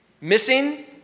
missing